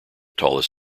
tallest